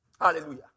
Hallelujah